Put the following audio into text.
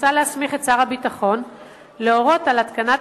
מוצע להסמיך את שר הביטחון להורות על התקנת